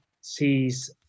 sees